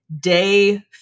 day